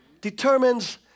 determines